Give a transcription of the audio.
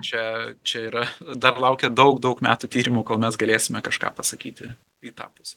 čia čia yra dar laukia daug daug metų tyrimų kol mes galėsime kažką pasakyti į tą pusę